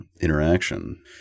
interaction